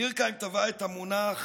דורקהיים טבע את המונח